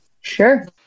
Sure